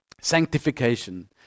sanctification